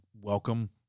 welcome